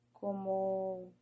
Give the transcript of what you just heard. como